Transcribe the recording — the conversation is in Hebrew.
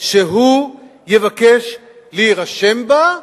שהוא יבקש להירשם בה,